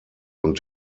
und